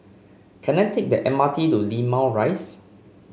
can I take the M R T to Limau Rise